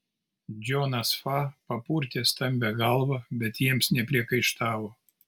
džonas fa papurtė stambią galvą bet jiems nepriekaištavo